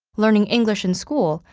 learning english in school,